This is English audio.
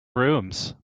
rooms